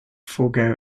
forego